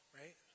right